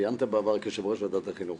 סיימת בעבר כיושב-ראש ועדת החינוך.